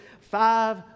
five